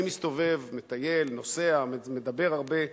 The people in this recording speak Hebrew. אני מסתובב, מטייל, נוסע, מדבר הרבה בעולם,